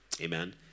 Amen